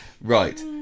right